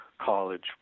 college